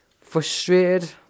Frustrated